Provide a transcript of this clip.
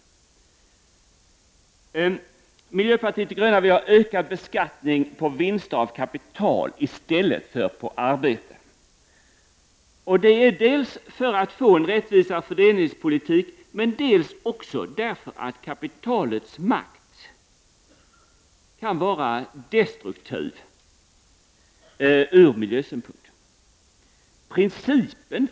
Vi i miljöpartiet vill att skatterna skall vara högre på vinster av kapital i stället för på arbete dels för att få en rättvisare fördelningspolitik, dels därför att kapitalets makt kan vara destruktiv ur miljösynpunkt.